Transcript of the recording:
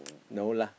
no lah